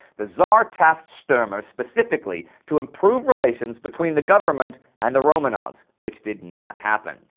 the tsar tasked sturmer specifically to improve relations between the government and the romanovs, which did not happen.